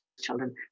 children